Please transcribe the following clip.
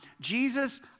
Jesus